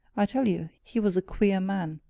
i tell you, he was a queer man.